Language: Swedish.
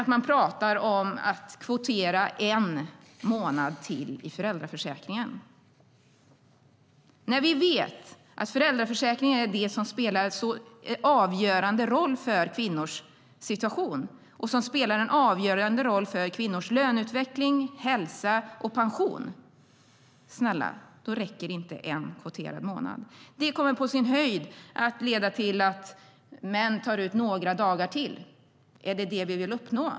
Vi får se om det blir så - jag hoppas naturligtvis på annat. När vi vet att föräldraförsäkringen spelar en avgörande roll för kvinnors situation, löneutveckling, hälsa och pension räcker det inte med en kvoterad månad. Det kommer på sin höjd att leda till att män tar ut några dagar till. Är det vad vi vill uppnå?